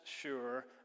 sure